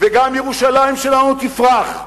וגם ירושלים שלנו תפרח,